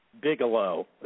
Bigelow